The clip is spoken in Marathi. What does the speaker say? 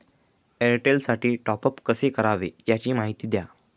एअरटेलसाठी टॉपअप कसे करावे? याची माहिती द्या